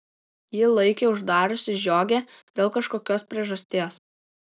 ji laikė uždariusi žiogę dėl kažkokios priežasties